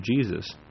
jesus